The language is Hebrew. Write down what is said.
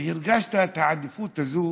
והרגשת את העדיפות הזו